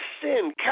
sin